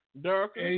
Dark